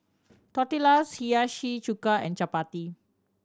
Tortillas Hiyashi Chuka and Chapati